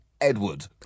Edward